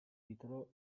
titolo